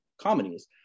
comedies